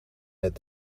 met